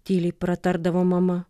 tyliai pratardavo mama